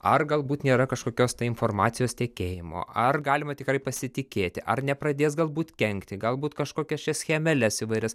ar galbūt nėra kažkokios informacijos tekėjimo ar galima tikrai pasitikėti ar nepradės galbūt kenkti galbūt kažkokia šias schemeles įvairias